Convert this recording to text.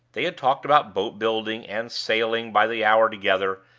they had talked about boat-building and sailing by the hour together,